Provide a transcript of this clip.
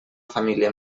família